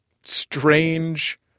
strange